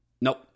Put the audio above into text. Nope